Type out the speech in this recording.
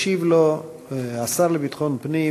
ישיב לו השר לביטחון פנים